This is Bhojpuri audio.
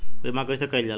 बीमा कइसे कइल जाला?